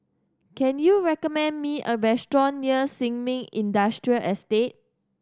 can you recommend me a restaurant near Sin Ming Industrial Estate